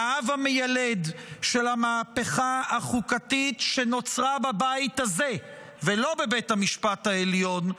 והאב המיילד של המהפכה החוקתית שנוצרה בבית הזה ולא בבית המשפט העליון,